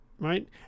Right